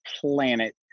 planet